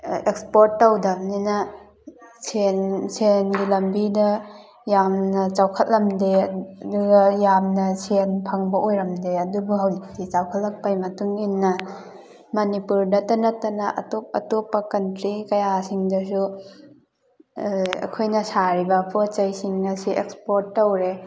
export ꯇꯧꯗꯕꯅꯤꯅ ꯁꯦꯟ ꯁꯦꯜꯒꯤ ꯂꯝꯕꯤꯗ ꯌꯥꯝꯅ ꯆꯥꯎꯈꯠꯂꯝꯗꯦ ꯑꯗꯨꯒ ꯌꯥꯝꯅ ꯁꯦꯟ ꯐꯪꯕ ꯑꯣꯏꯔꯝꯗꯦ ꯑꯗꯨꯕꯨ ꯍꯧꯖꯤꯛꯇꯤ ꯆꯥꯎꯈꯠꯂꯛꯄꯩ ꯃꯇꯨꯡ ꯏꯟꯅ ꯃꯅꯤꯄꯨꯔꯗꯇ ꯅꯠꯇꯅ ꯑꯇꯣꯞ ꯑꯇꯣꯞꯄ ꯀꯟꯇ꯭ꯔꯤ ꯀꯌꯥꯁꯤꯡꯗꯁꯨ ꯑꯩꯈꯣꯏꯅ ꯁꯥꯔꯤꯕ ꯄꯣꯠꯆꯩꯁꯤꯡ ꯑꯁꯤ ꯑꯦꯛꯁꯄꯣꯔꯠ ꯇꯧꯔꯦ